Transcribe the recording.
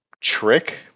trick